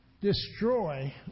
destroy